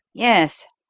yes,